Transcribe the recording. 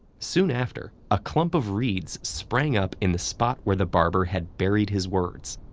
soon after, a clump of reeds sprang up in the spot where the barber had buried his words.